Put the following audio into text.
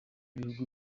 bihugu